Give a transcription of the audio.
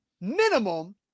minimum